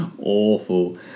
awful